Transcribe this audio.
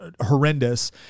horrendous